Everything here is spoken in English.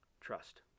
Trust